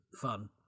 fun